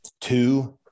Two